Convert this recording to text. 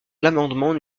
l’amendement